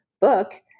book